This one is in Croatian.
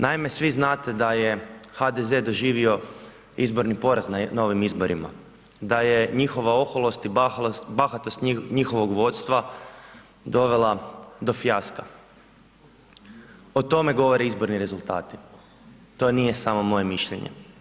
Naime, svi znate da je HDZ doživio izborni poraz na ovim izborima, da je njihova oholost i bahatost njihovog vodstva dovela do fijaska, o tome govore izborni rezultati, to nije samo moje mišljenje.